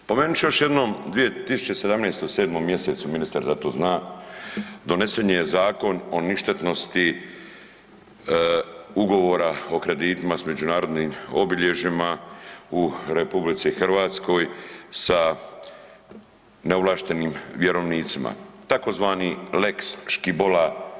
Spomenit ću još jednom 2017. u 7. mjesecu, ministar za to zna, donesen je Zakon o ništetnosti Ugovora o kreditima s međunarodnim obilježjima u RH sa neovlaštenim vjerovnicima tzv. lex Škibola.